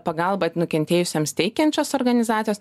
pagalbą nukentėjusiems teikiančios organizacijos